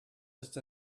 just